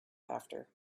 after